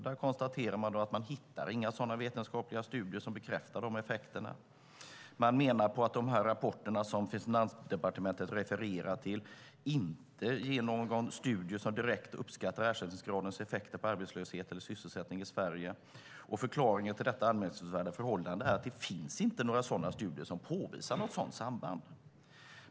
Man konstaterar att man inte hittar några vetenskapliga studier som bekräftar dessa effekter. Man menar att de rapporter som Finansdepartementet refererar till inte ger någon studie som direkt uppskattar ersättningsgradens effekter på arbetslöshet eller sysselsättning i Sverige. Förklaringen till detta anmärkningsvärda förhållande är att det inte finns några studier som påvisar ett sådant samband.